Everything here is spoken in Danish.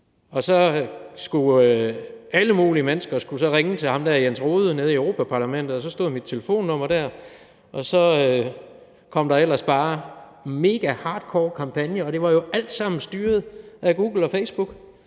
Alle mulige mennesker skulle så ringe til ham der Jens Rohde nede i Europa-Parlamentet, og så stod mit telefonnummer der. Så kom der ellers bare mega hardcore kampagner, og det var jo alt sammen styret af Google og Facebook,